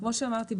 כמו שאמרתי,